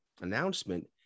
announcement